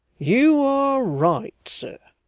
you are right, sir.